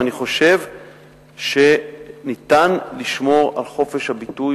ואני חושב שניתן לשמור על חופש הביטוי